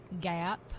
gap